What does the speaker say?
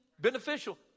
beneficial